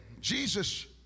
Jesus